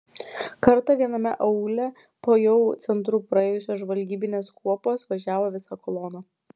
kartą viename aūle po jau centru praėjusios žvalgybinės kuopos važiavo visa kolona